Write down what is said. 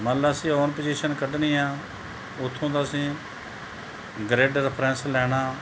ਮੰਨ ਲਓ ਅਸੀਂ ਓਨ ਪਜੀਸ਼ਨ ਕੱਢਣੀ ਆਂ ਓਥੋਂ ਦਾ ਅਸੀਂ ਗਰਿੱਡ ਰੈਫਰੈਂਸ ਲੈਣਾ